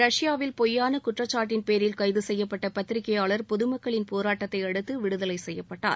ரஷ்யாவில் பொய்யான குற்றச்சாட்டின் பேரில் கைது செய்யப்பட்ட பத்திரிகையாளர் பொதுமக்களின் போராட்டத்தை அடுத்து விடுதலை செய்யப்பட்டார்